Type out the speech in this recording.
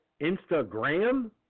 Instagram